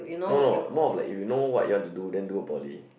no no more of like you will know what you want to do then do a poly